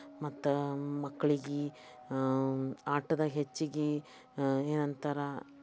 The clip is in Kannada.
ಮತ್ತು ಮಕ್ಳಿಗೆ ಆಟದಾಗ ಹೆಚ್ಚಿಗೆ ಏನಂತಾರೆ